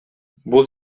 бул